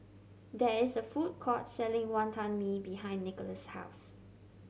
there is a food court selling Wonton Mee behind Nickolas' house